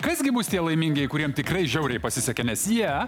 kas gi bus tie laimingieji kuriem tikrai žiauriai pasisekė nes jie